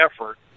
effort